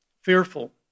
fearful